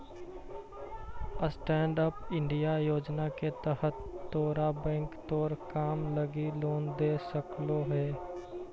stand up India योजना के तहत तोरा बैंक तोर काम लागी लोन दे सकलो हे